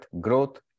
growth